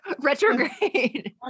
Retrograde